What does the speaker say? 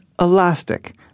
Elastic